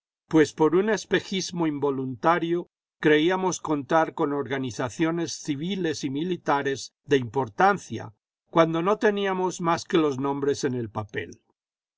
pues por un espejismo involuntario creíamos contar con organizaciones civiles y militares de importancia cuando no teníamos más que los nombres en el papel